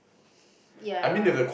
ya